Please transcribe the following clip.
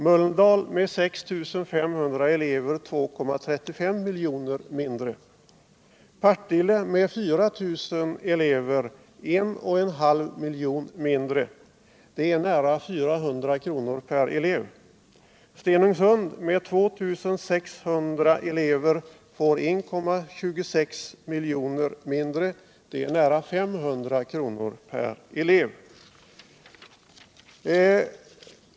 Mölndal med 6 500 elever får 2,35 miljoner mindre. Partille med 4 000 elever får 1.5 miljoner mindre. Det är nära 400 kr. per elev. : Stenungsund med 2 600 elever får 1,26 miljoner mindre. Det är nära 500 kr. per elev.